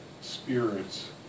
spirits